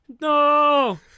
No